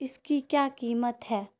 اس کی کیا قیمت ہے